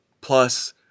plus